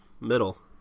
middle